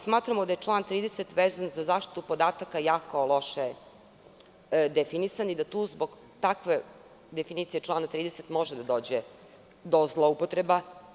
Smatramo da je član 30. vezan za zaštitu podataka jako loše definisan i da tu zbog takve definicije člana 30. može da dođe do zloupotreba.